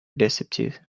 deceptive